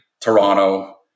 Toronto